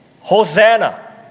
Hosanna